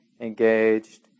engaged